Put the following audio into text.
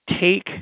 take